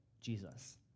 Jesus